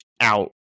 out